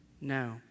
No